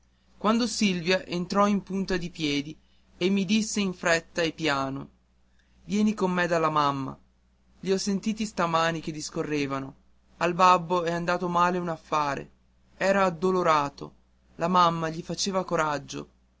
quando silvia entrò in punta di piedi e mi disse in fretta e piano vieni con me dalla mamma i ho sentiti stamani che discorrevano al babbo è andato male un affare era addolorato la mamma gli faceva coraggio